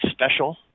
special